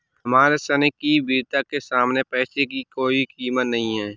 हमारे सैनिक की वीरता के सामने पैसे की कोई कीमत नही है